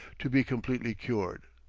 to be completely cured.